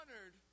honored